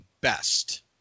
best